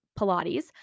Pilates